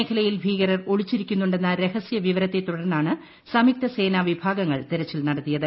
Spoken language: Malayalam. മേഖലയിൽ ഭീകരർ ഒളിച്ചിരിക്കുന്നുണ്ടെന്ന രഹസ്യവിവരത്തെ തുടർന്നാണ് സംയുക്ത സേനാ വിഭാഗങ്ങൾ തിരച്ചിൽ നടത്തിയത്